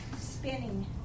Spinning